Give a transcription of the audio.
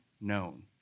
known